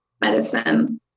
medicine